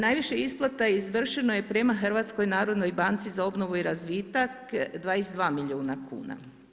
Najviše isplata izvršeno je prema HNB-u za obnovu i razvitak 22 milijuna kuna.